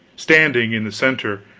standing in the center,